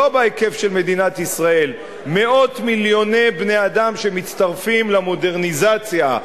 לא בהיקף של מדינת ישראל: מאות מיליוני בני-אדם שמצטרפים למודרניזציה,